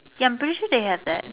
ya I'm pretty sure they have that